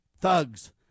thugs